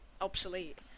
obsolete